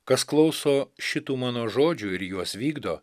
kas klauso šitų mano žodžių ir juos vykdo